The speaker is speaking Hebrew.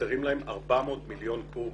חסרים להם 400 מיליון קוב